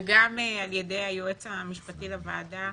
וגם על ידי היועץ המשפטי של הוועדה,